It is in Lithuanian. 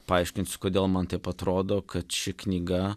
paaiškinsiu kodėl man taip atrodo kad ši knyga